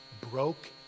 broke